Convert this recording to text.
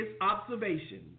observations